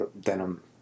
denim